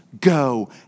go